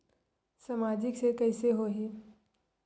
सामाजिक से कइसे होही?